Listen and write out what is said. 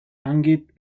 angeht